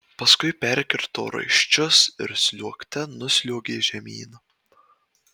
paskui perkirto raiščius ir sliuogte nusliuogė žemyn